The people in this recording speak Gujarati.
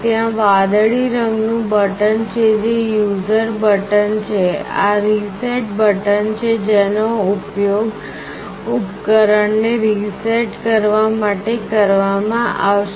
ત્યાં વાદળી રંગનું બટન છે જે યુઝર બટન છે આ રી સેટ બટન છે જેનો ઉપયોગ ઉપકરણને રી સેટ કરવા માટે કરવામાં આવશે